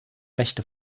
rechte